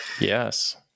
yes